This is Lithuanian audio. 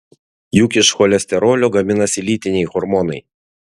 juk iš cholesterolio gaminasi lytiniai hormonai